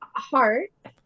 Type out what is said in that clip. Heart